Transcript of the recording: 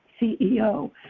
CEO